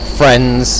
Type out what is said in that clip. friends